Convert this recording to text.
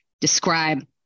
describe